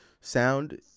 sound